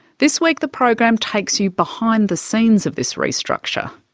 this week the program takes you behind the scenes of this restructure.